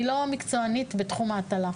אני לא מקצוענית בתחום ההטלה.